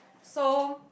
so